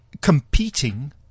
competing